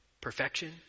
perfection